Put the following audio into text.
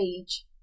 age